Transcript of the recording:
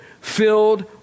Filled